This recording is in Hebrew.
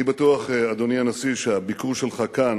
אני בטוח, אדוני הנשיא, שהביקור שלך כאן